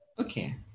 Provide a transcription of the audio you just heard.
Okay